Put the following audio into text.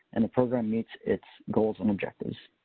and the program meets its goals and objectives.